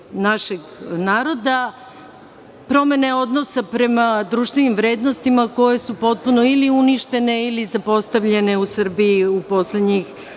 našeg naroda, promene odnosa prema društvenim vrednostima koje su potpuno ili uništene ili zapostavljene u Srbiji u poslednjih